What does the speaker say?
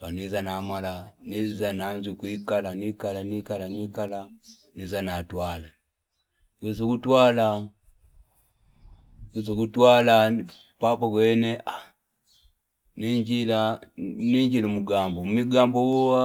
namwiza na mala nezita na njuku kuila nikala nikala mwizu naikala niza kutuala pako kwene ah ni njila mugambo, mugambo wowa